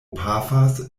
pafas